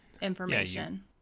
information